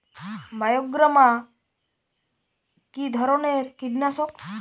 বায়োগ্রামা কিধরনের কীটনাশক?